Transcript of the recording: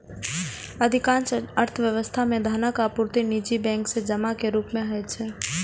अधिकांश अर्थव्यवस्था मे धनक आपूर्ति निजी बैंक सं जमा के रूप मे होइ छै